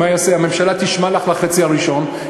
הממשלה תשמע לך לחצי הראשון,